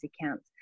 accounts